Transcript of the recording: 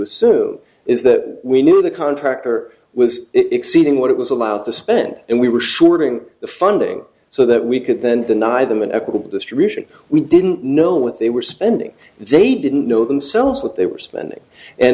assume is that we knew the contractor was exceeding what it was allowed to spend and we were sure getting the funding so that we could then deny them an equitable distribution we didn't know what they were spending they didn't know themselves what they were spending and